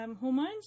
hormones